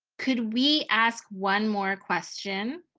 could we ask one more question,